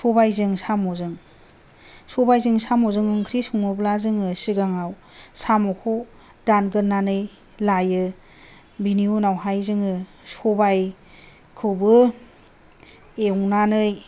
सबायजों साम'जों सबायजों साम'जों ओंख्रि सङोब्ला जोङो सिगाङाव साम'खौ दानग्रोनानै लायो बेनि उनावहाय जोङो सबायखौबो एवनानै